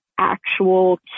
actual